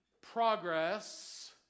progress